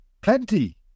plenty